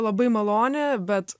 labai maloni bet